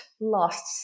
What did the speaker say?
lost